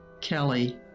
Kelly